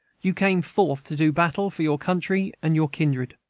you came forth to do battle for your country and your kindred.